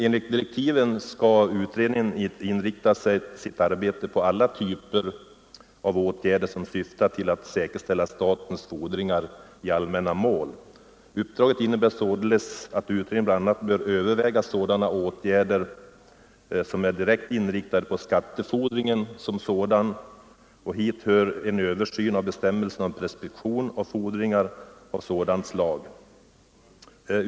Enligt direktiven skall utredningen inrikta sitt arbete på alla typer av åtgärder som syftar till att säkerställa statens fordringar i allmänna mål. Uppdraget innebär således att utredningen bl.a. bör överväga sådana åtgärder som är direkt inriktade på skattefordringar. Hit hör också en översyn av bestämmelsen om preskription av fordringar av sådant slag.